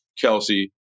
Kelsey